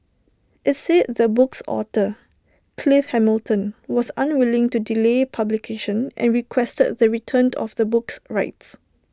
IT said the book's author Clive Hamilton was unwilling to delay publication and requested the return of the book's rights